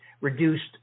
reduced